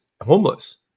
homeless